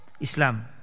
Islam